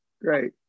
great